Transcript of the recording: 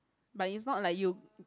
but it's not like you